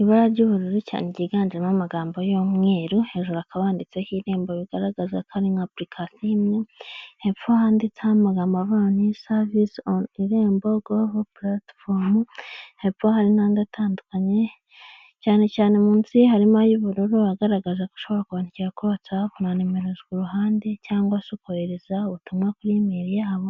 ibara ry'ubururu cyane ryiganjemo amagambo y'umwiru hejuru akaba yanditseho ibirembo bigaragaza kandi nka application imwe hepfo handitseho amagambo avan savis on irembo govel platfom help hari n'andi atandukanye cyane cyane munsi ye harimo y'ubururu agaragaza ko ushobora kbanwandikira kuri whatsapp na numero ku ruhande cyangwa se kohereza ubutumwa kuri e mail yabo